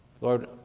Lord